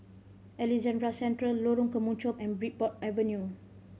Alexandra Central Lorong Kemunchup and Bridport Avenue